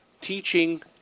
teaching